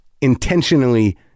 intentionally